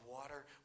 water